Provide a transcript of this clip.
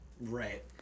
right